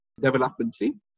developmentally